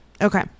okay